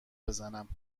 بزنم